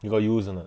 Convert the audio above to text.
you got use or not